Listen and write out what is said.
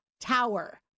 tower